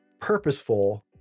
purposeful